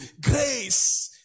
grace